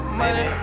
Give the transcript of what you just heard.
money